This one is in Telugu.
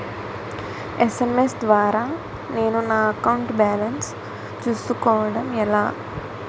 ఎస్.ఎం.ఎస్ ద్వారా నేను నా అకౌంట్ బాలన్స్ చూసుకోవడం ఎలా?